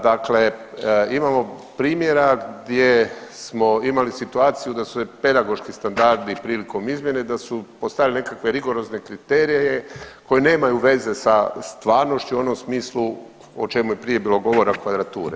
Dakle, imamo primjera gdje smo imali situaciju da su pedagoški standardi prilikom izmjene da su postavili nekakve rigorozne kriterije koji nemaju veze sa stvarnošću u onom smislu o čemu je prije bilo govora kvadrature.